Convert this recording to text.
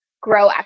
grow